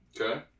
okay